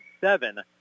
seven